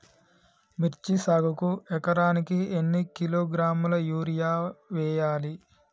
మిర్చి సాగుకు ఎకరానికి ఎన్ని కిలోగ్రాముల యూరియా వేయాలి?